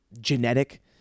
genetic